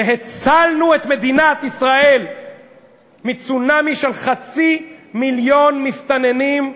והצלנו את מדינת ישראל מצונאמי של חצי מיליון מסתננים,